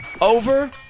over